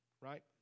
right